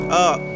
up